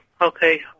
okay